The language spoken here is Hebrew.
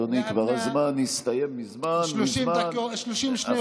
אדוני, הזמן כבר הסתיים מזמן, מזמן, 30 שניות.